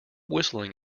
whistling